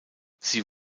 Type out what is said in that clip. sie